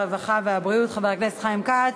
הרווחה והבריאות חבר הכנסת חיים כץ.